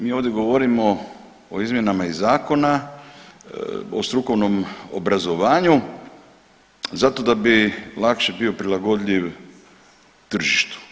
Mi ovdje govorimo o izmjenama iz Zakona o strukovnom obrazovanju zato da bi lakše bio prilagodljiv tržištu.